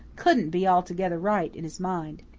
couldn't be altogether right in his mind.